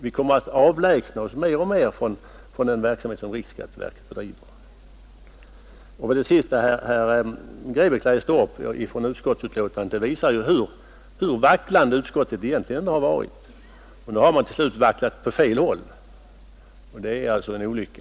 Vi kommer att avlägsna oss mer och mer från den verksamhet som riksskatteverket bedriver. Beträffande det sista som herr Grebäck läste upp från utskottsbetänkandet visar det bara hur vacklande utskottet egentligen har varit. Nu har man till slut vacklat åt fel håll, och det är en olycka.